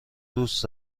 دوست